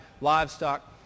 livestock